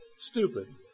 stupid